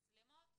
מצלמות,